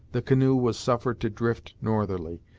the canoe was suffered to drift northerly,